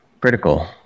Critical